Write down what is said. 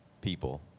people